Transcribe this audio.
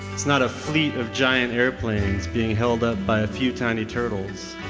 it's not a fleet of giant airplanes being held up by a few tiny turtles.